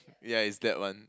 ya it's that one